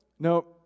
No